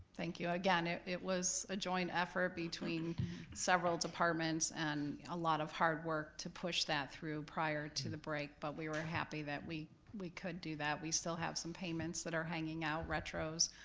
thank you, again, it it was a joint effort between several departments, and a lot of hard work to push that through prior to the break, but we were happy that we we could do that. we still have some payments that are hanging out, retros,